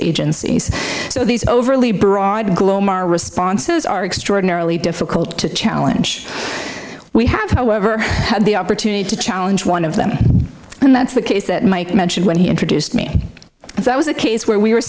agencies so these overly broad glaum our responses are extraordinarily difficult to challenge we have however had the opportunity to challenge one of them and that's the case that mike mentioned when he introduced me that was a case where we were